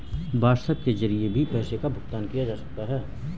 WhatsApp के जरिए भी पैसों का भुगतान किया जा सकता है